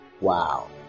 Wow